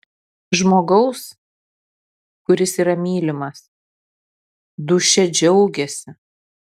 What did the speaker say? žmogaus kuris yra mylimas dūšia džiaugiasi